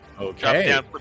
Okay